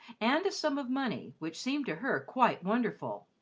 and a sum of money which seemed to her quite wonderful.